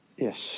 Yes